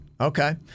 Okay